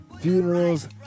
funerals